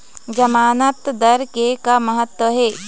जमानतदार के का महत्व हे?